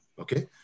okay